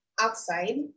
outside